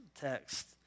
text